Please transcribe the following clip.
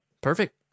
Perfect